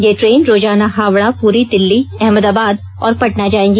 ये ट्रेन रोजाना हावड़ा पुरी दिल्ली अहमदाबाद और पटना जाएगी